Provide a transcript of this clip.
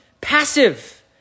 passive